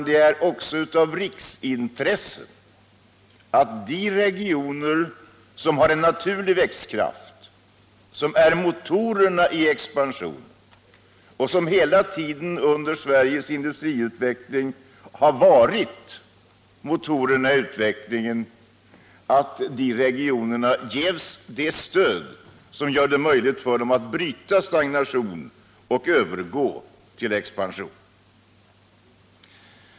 Det är också av riksintresse att de regioner som har en naturlig växtkraft, som varit motorerna i expansionen hela tiden under Sveriges industriutveckling, ges ett stöd som gör det möjligt för dem att bryta stagnationen och övergå till expansion.